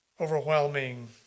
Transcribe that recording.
overwhelming